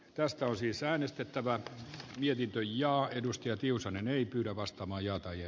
tästä on siis äänestettävät mietintö linjaa edusti tiusanen ei pyydä arvoisa puhemies